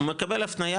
הוא מקבל הפנייה,